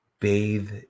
Bathe